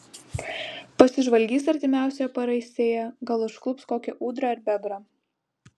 pasižvalgys artimiausioje paraistėje gal užklups kokią ūdrą ar bebrą